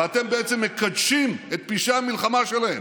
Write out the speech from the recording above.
אתם בעצם מקדשים את פשעי המלחמה שלהם.